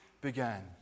began